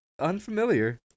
unfamiliar